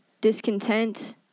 Discontent